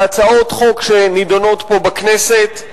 בהצעות חוק שנדונות פה בכנסת,